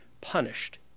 punished